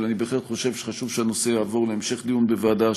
אבל אני בהחלט חושב שחשוב שהנושא יעבור להמשך דיון בוועדה,